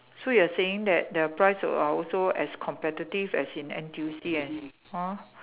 so you are saying that that the price are also as competitive as in N_T_U_C and !huh!